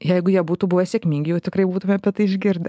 jeigu jie būtų buvę sėkmingi jau tikrai būtume apie tai išgirdę